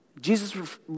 Jesus